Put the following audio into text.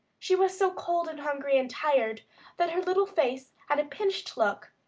she was so cold and hungry and tired that her little face had a pinched look,